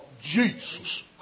Jesus